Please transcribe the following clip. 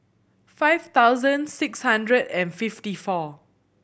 five thousand six hundred and fifty four